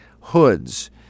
hoods